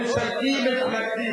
ממשלתי-מפלגתי.